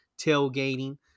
tailgating